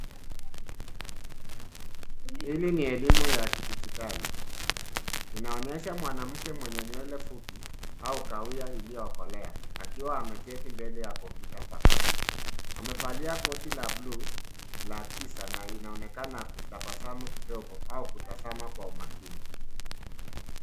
Hili ni elimu ya kidijitali. Inaonyesha mwanamke mwenye nywele fupi au kahawia iliyokolea akiwa ameketi mbele ya kompyuta mpakato. Amevalia koti la buluu la kiza na inaonekana kutabasamu kidogo au kutazama kwa umakini.